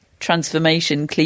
transformation